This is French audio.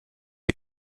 est